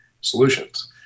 solutions